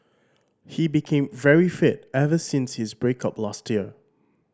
he became very fit ever since his break up last year